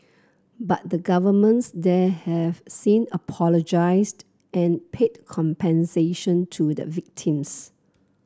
but the governments there have since apologised and paid compensation to the victims